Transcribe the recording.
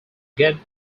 get